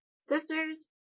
sisters